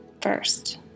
first